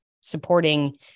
supporting